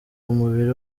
umubiri